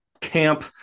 camp